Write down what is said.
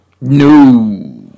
No